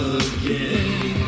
again